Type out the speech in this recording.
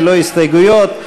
ללא הסתייגויות.